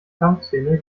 kampfszene